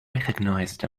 recognized